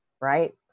Right